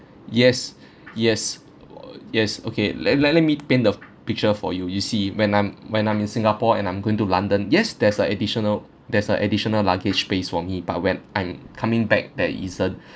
yes yes yes okay let let let me paint the picture for you you see when I'm when I'm in singapore and I'm going to london yes there's a additional there's a additional luggage space for me but when I'm coming back there isn't